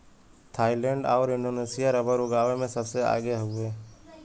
Thailand आउर Indonesia rubber उगावे में सबसे आगे हउवे